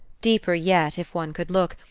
deeper yet if one could look,